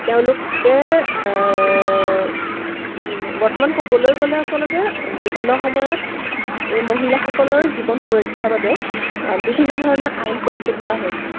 তেওঁলোকে বৰ্তমান ক'বলৈ গ'লে আচলতে বিভিন্ন সময়ত এই মহিলাসকলৰ জীৱন সুৰক্ষাৰ বাবে বিভিন্ন ধৰণৰ আইন প্ৰস্তুত কৰা হৈছে